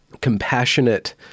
compassionate